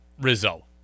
Rizzo